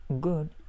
good